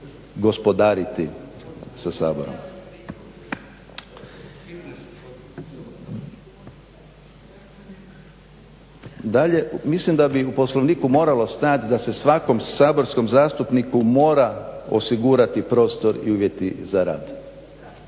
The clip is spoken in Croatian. gospodariti sa Saborom. Dalje, mislim da bi u Poslovniku moralo stajati da se svakom saborskom zastupniku mora osigurati prostor i uvjeti za rad.